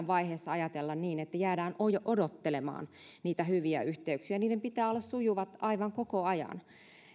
vaiheessa ajatella että jäädään odottelemaan niitä hyviä yhteyksiä niiden pitää olla sujuvat aivan koko ajan